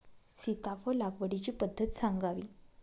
सीताफळ लागवडीची पद्धत सांगावी?